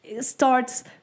starts